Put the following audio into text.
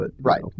Right